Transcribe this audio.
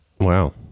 Wow